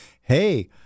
hey